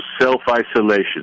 self-isolation